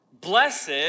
Blessed